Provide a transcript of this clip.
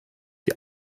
die